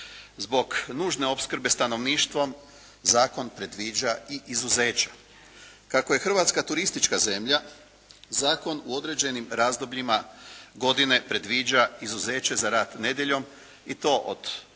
Zbog nužne opskrbe stanovništva, zakon predviđa i izuzeća. Kako je Hrvatska turistička zemlja zakon u određenim razdobljima godina predviđa izuzeće za rad nedjeljom i to od